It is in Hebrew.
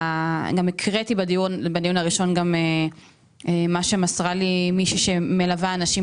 הקראתי בדיון הראשון מה שמסרה לי מישהי שמלווה אנשים